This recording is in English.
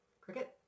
cricket